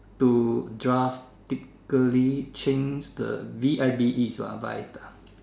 to drastically change the V I B E is what ah vibe ah